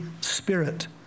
Spirit